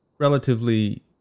relatively